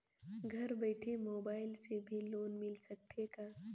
घर बइठे मोबाईल से भी लोन मिल सकथे का?